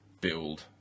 build